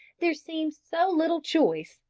there seemed so little choice,